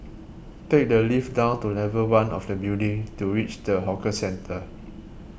take the lift down to level one of the building to reach the hawker centre